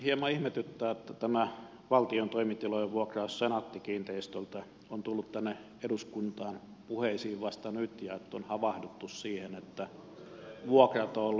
hieman ihmetyttää että tämä valtion toimitilojen vuokraus senaatti kiinteistöiltä on tullut tänne eduskuntaan puheisiin vasta nyt ja että on havahduttu siihen että vuokrat ovat olleet kohtuuttomia